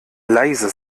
leise